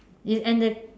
is at the